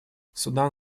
судан